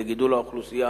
לגידול האוכלוסייה.